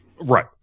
Right